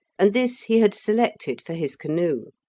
and this he had selected for his canoe.